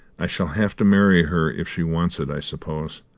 i shall have to marry her, if she wants it, i suppose.